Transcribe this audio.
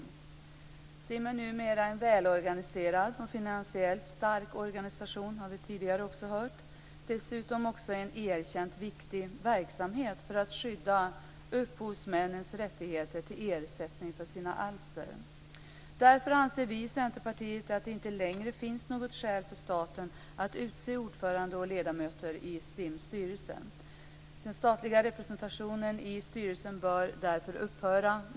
Vi har tidigare också hört att STIM numera är en välorganiserad och finansiellt stark organisation. Dessutom är STIM en erkänt viktig verksamhet för att skydda upphovsmännens rättigheter till ersättning för sina alster. Därför anser vi i Centerpartiet att det inte längre finns något skäl för staten att utse ordförande och ledamöter i STIM:s styrelse. Den statliga representationen i styrelsen bör därför upphöra.